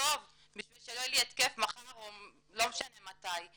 בטוב בשביל שלא יהיה לי התקף מחר או לא משנה מתי.